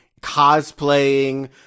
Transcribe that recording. cosplaying